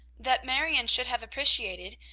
that marion should have appreciated,